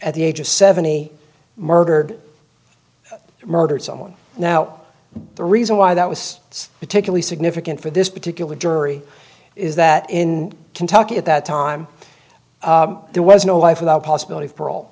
at the age of seventy murdered murdered someone now the reason why that was particularly significant for this particular jury is that in kentucky at that time there was no life without possibility